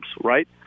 right